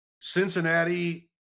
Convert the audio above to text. Cincinnati